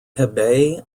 hebei